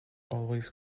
always